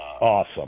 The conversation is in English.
Awesome